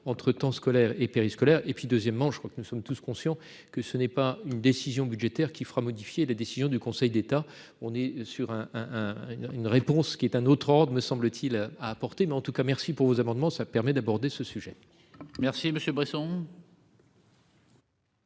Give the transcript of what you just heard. entre temps scolaire et périscolaire et puis deuxièmement, je crois que nous sommes tous conscients que ce n'est pas une décision budgétaire qui fera modifier la décision du Conseil d'État, on est sur un un un une une réponse qui est un autre ordre, me semble-t-il, à apporter, mais en tout cas merci pour vos amendements, ça permet d'aborder ce sujet, merci Monsieur